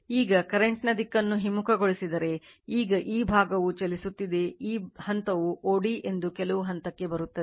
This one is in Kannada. ಈಗಕರೆಂಟ್ ನ ದಿಕ್ಕನ್ನು ಹಿಮ್ಮುಖಗೊಳಿಸಿದರೆ ಈಗ ಈ ಭಾಗವು ಚಲಿಸುತ್ತಿದೆ ಈ ಹಂತವು o d ಎಂದು ಕೆಲವು ಹಂತಕ್ಕೆ ಬರುತ್ತದೆ